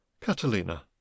Catalina